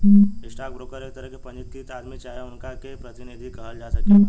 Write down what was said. stock broker एक तरह के पंजीकृत आदमी चाहे उनका के प्रतिनिधि कहल जा सकेला